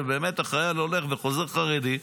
ובאמת החייל הולך וחוזר חרדי,